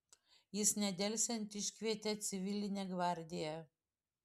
jis nedelsiant iškvietė civilinę gvardiją